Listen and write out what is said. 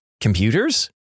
Computers